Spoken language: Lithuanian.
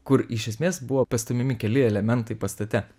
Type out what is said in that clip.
kur iš esmės buvo pastumiami keli elementai pastate